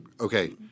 okay